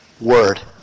Word